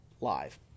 Live